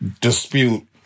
dispute